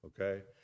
okay